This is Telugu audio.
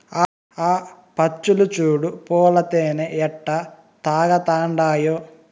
ఆ పచ్చులు చూడు పూల తేనె ఎట్టా తాగతండాయో